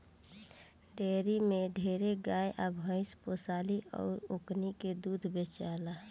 dairy में ढेरे गाय आ भइस पोसाली अउर ओकनी के दूध बेचाला